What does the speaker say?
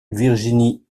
virginie